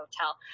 hotel